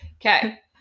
Okay